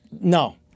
No